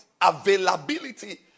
Availability